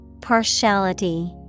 Partiality